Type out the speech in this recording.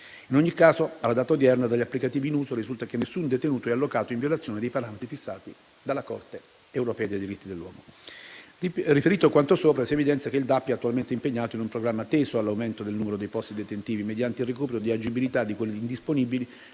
In ogni caso, alla data odierna, dagli applicativi in uso risulta che nessun detenuto è allocato in violazione dei parametri fissati dalla Corte europea dei diritti dell'uomo. Riferito quanto sopra, si evidenzia che il DAP è attualmente impegnato in un programma teso all'aumento del numero dei posti detentivi, mediante il recupero di agibilità di quelli indisponibili